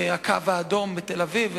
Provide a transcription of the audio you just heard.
"הקו האדום" בתל-אביב,